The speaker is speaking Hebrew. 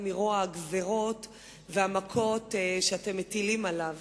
הטבה שתקצבתם,